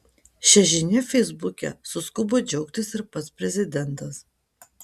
šia žinia feisbuke suskubo džiaugtis ir pats prezidentas